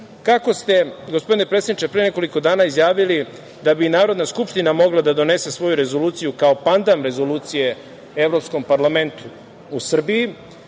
Kako ste, gospodine predsedniče, pre nekoliko dana izjavili da bi Narodna skupština mogla da donese svoju rezoluciju kao pandam rezolucije Evropskom parlamentu u Srbiji,